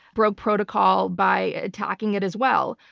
broke protocol by attacking it as well.